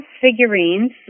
figurines